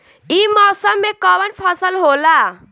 ई मौसम में कवन फसल होला?